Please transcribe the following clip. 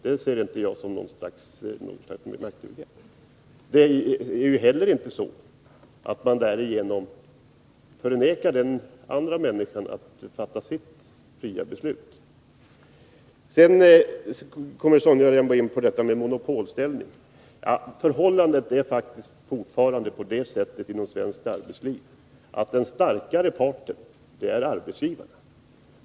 Det ser inte jag som något slags maktövergrepp. Det är inte heller så att man därigenom förvägrar den andra människan att fatta sitt fria beslut. Sedan kom Sonja Rembo in på detta med monopolställning. Förhållandet är faktiskt fortfarande det inom svenskt arbetarliv att den starkare parten är arbetsgivaren.